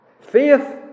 Faith